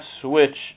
switch